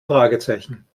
fragezeichen